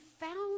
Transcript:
found